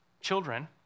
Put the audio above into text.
children